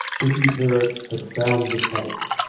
dicky perrott had found the cake.